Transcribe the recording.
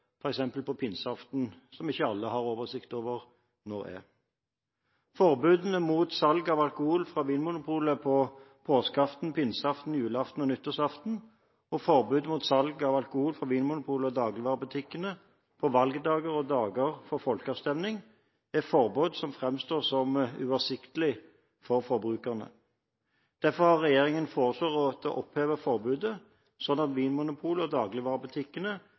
på pinseaften, som ikke alle har oversikt over når er. Forbudet mot salg av alkohol fra Vinmonopolet på påskeaften, pinseaften, julaften og nyttårsaften og forbudet mot salg av alkohol fra Vinmonopolet og dagligvarebutikkene på valgdager og dager med folkeavstemning er forbud som framstår som uoversiktlige for forbrukerne. Derfor har regjeringen foreslått å oppheve forbudene, slik at Vinmonopolet og dagligvarebutikkene kan selge alkohol på de samme dagene. Vinmonopolet og dagligvarebutikkene